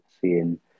seeing